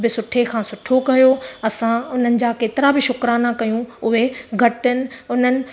बि सुठे खां सुठो कयो असां उन्हनि जा केतिरा बि शुकराना कयूं उहे घटि आहिनि उन्हनि